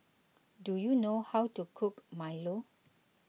do you know how to cook Milo